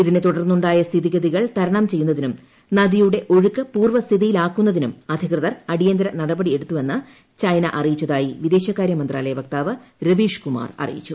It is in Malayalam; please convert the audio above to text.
ഇതിനെ തുടർന്നുണ്ടായ സ്ഥിതിഗതികൾ തരണം ചെയ്യുന്നതിനും നദിയുടെ ഒഴുക്ക് പൂർവ്വ സ്ഥിതിയിലാക്കുന്നതിനും അധികൃതർ അടിയന്തിര നടപടിയെടുത്തുവെന്ന് ചൈന അറിയിച്ചതായി വിദേശകാരൃ മന്ത്രാലയ വക്താവ് രവീഷ്കുമാർ അറിയിച്ചു